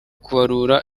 kubarura